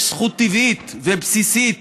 יש זכות טבעית ובסיסית